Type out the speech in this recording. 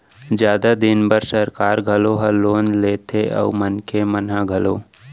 जादा दिन बर सरकार घलौ ह लोन लेथे अउ मनखे मन घलौ